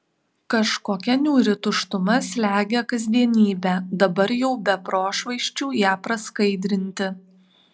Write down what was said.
kažkokia niūri tuštuma slegia kasdienybę dabar jau be prošvaisčių ją praskaidrinti